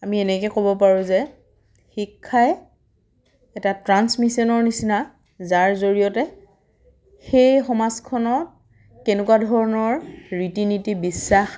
আমি এনেকে ক'ব পাৰোঁ যে শিক্ষাই এটা ট্ৰান্সমিচনৰ নিচিনা যাৰ জৰিয়তে সেই সমাজখনত কেনেকুৱা ধৰণৰ ৰীতি নীতি বিশ্বাস